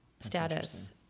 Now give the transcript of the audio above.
status